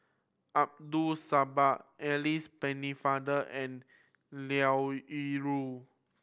Abdul Samad Alice Pennefather and Liao Yingru